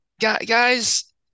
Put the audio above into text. Guys